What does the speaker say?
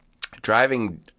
driving